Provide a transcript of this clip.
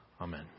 Amen